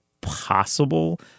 possible